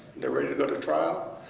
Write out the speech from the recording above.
they're ready to go to trial.